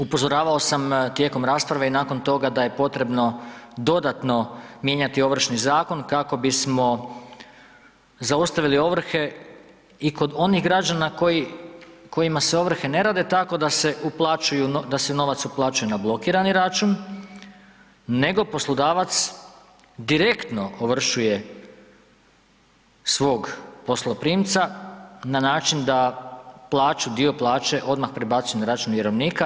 Upozoravao sam tijekom rasprave i nakon toga da je potrebno dodatno mijenjati Ovršni zakon kako bismo zaustavili ovrhe i kod onih građana kojima se ovrhe ne rade tako da se novac uplaćuje na blokirani račun nego poslodavac direktno ovršuje svog posloprimca na način da dio plaće odmah prebacuje na račun vjerovnika.